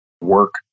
work